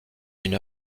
une